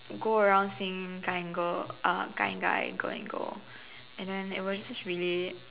go around seeing guy and girl uh guy and guy girl and girl and then it was just really